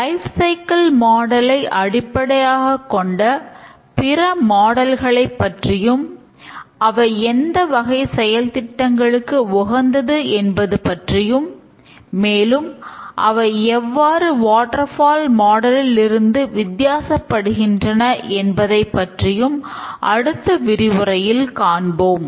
life cycle மாடலை இருந்து வித்தியாசப்படுகின்றன என்பதைப் பற்றியும் அடுத்த விரிவுரையில் காண்போம்